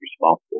responsible